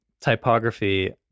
typography